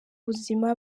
buzima